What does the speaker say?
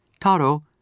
Taro